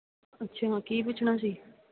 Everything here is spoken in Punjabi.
ਅੱਛਾ ਕੀ ਪੁੱਛਣਾ ਸੀ